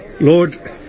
Lord